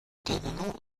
governor